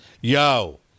Yo